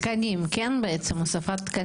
זה תקנים, הוספת תקנים?